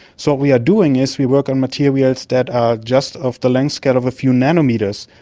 so we are doing this, we work on materials that are just of the length scale of a few nanometres,